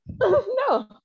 No